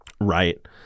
Right